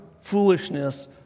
foolishness